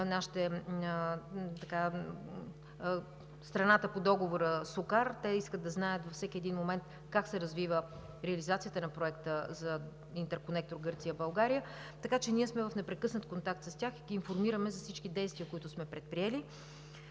периодично страната по договора „Сокар“, те искат да знаят във всеки един момент как се развива реализацията на проекта за интерконектор Гърция – България. Така че ние сме в непрекъснат контакт с тях и ги информираме за всички действия, които сме предприели.